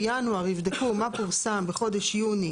בינואר יבדקו מה פורסם בחודש יוני